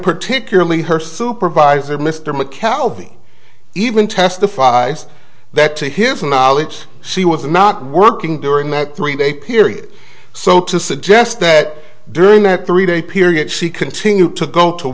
particularly her supervisor mr macaskill the even testified that to his knowledge she was not working during that three day period so to suggest that during that three day period she continued to go to